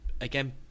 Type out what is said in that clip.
again